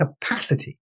capacity